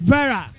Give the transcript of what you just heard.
Vera